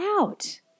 out